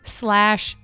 slash